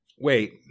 wait